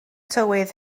tywydd